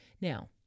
Now